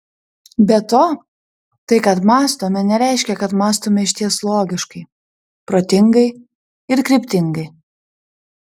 be to tai kad mąstome nereiškia kad mąstome išties logiškai protingai ir kryptingai